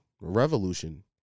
Revolution